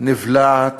נבלעת